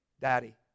daddy